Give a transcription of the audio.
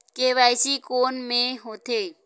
KYC कोन में होथे?